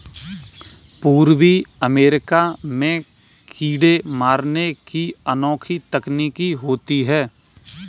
पूर्वी अमेरिका में कीड़े मारने की अनोखी तकनीक होती है